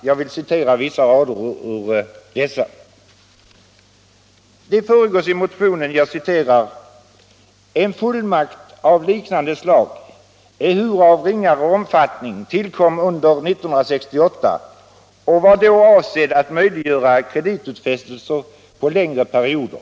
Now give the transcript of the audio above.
Jag vill citera några rader ur motionen: ”En fullmakt av liknande slag, ehuru av ringare omfattning, tillkom år 1968 och var då avsedd att möjliggöra kreditutfästelser för längre perioder.